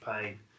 pain